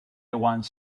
once